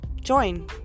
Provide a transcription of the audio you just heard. join